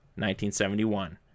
1971